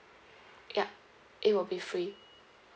yup it will be free